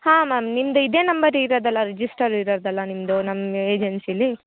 ಹಾಂ ಮ್ಯಾಮ್ ನಿಮ್ಮದು ಇದೇ ನಂಬರ್ ಇರೋದಲ ರಿಜಿಸ್ಟರ್ ಇರೋದಲ ನಿಮ್ಮದು ನಮ್ಮ ಏಜೆನ್ಸಿಲ್ಲಿ